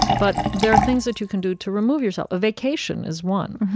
but there are things but you can do to remove yourself. a vacation is one.